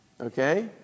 Okay